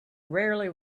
rarely